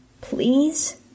Please